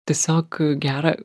tiesiog gera